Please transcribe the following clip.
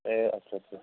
ए अच्छा अच्छा